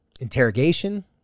interrogation